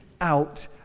out